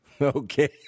okay